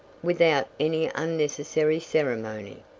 without any unnecessary ceremony.